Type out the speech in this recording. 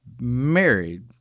married